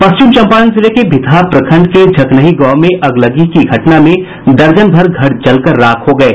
पश्चिम चंपारण जिले के भीतहा प्रखंड के झखनही गांव में अगलगी की घटना में दर्जन भर घर जल कर राख हो गये